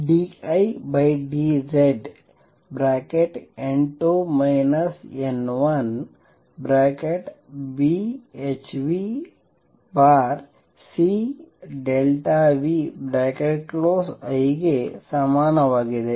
d I d Z n2 n1BhνcI ಗೆ ಸಮಾನವಾಗಿದೆ